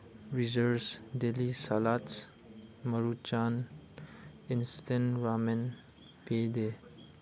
ꯔꯤꯖꯔꯁ deli salads Maruchan instant ramen ꯄꯦꯗꯦ